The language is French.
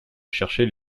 chercher